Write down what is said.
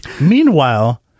Meanwhile